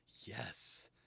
Yes